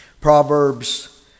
Proverbs